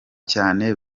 cyane